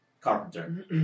carpenter